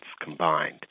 combined